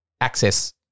access